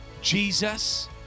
Jesus